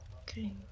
Okay